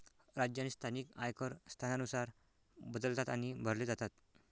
राज्य आणि स्थानिक आयकर स्थानानुसार बदलतात आणि भरले जातात